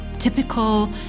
typical